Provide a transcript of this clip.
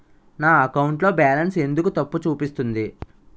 నా అకౌంట్ లో బాలన్స్ ఎందుకు తప్పు చూపిస్తుంది?